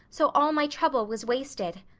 so all my trouble was wasted.